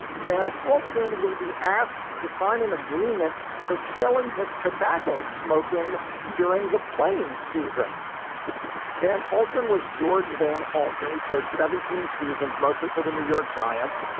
van hultgren will be asked to sign an agreement curtailing his tobacco smoking during the playing season van hultgren and was george van halter, and he played seventeen seasons, mostly for the new york giants,